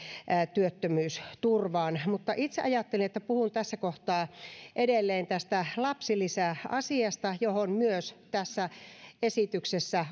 työttömyysturvaan itse ajattelin että puhun tässä kohtaa edelleen tästä lapsilisäasiasta johon myös tässä esityksessä